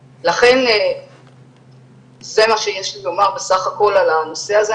זה מה שיש לי לומר בסך הכול על הנושא הזה,